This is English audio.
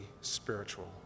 spiritual